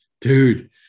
dude